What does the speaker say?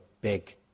big